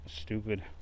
stupid